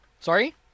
Sorry